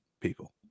people